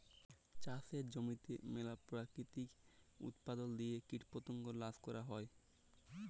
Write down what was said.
চাষের জমিতে ম্যালা পেরাকিতিক উপাদাল দিঁয়ে কীটপতঙ্গ ল্যাশ ক্যরা হ্যয়